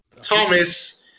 Thomas